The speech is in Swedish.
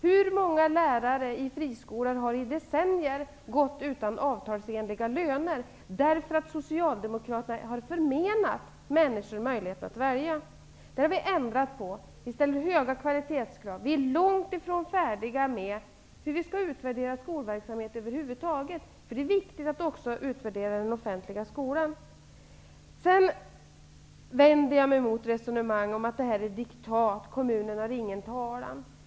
Hur många lärare i friskolor har inte i decennier gått utan avtalsenliga löner, därför att Socialdemokraterna har förmenat människor möjlighet att välja? Det har vi ändrat på. Vi ställer höga kvalitetskrav. Vi är långt ifrån färdiga med hur vi skall utvärdera skolverksamhet över huvud taget, för det är viktigt att också utvärdera den offentliga skolan. Sedan vänder jag mig mot resonemang om att det är diktat, att kommunerna inte har någon talan.